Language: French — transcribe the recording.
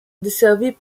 desservie